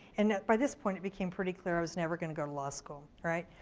and by this point it became pretty clear i was never gonna go to law school. right.